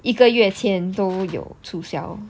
一个月前都有促销